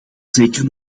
zeker